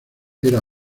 era